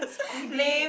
we did